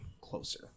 closer